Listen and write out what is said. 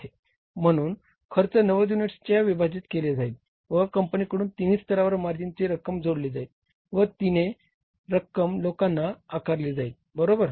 म्हणून खर्च 90 युनिट्सने विभाजित केले जाईल व कंपनीकडून तिन्ही स्तरावर मार्जिनची रक्कम जोडली जाईल व तिने रक्कम लोकांना आकारली जाईल बरोबर